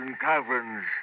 caverns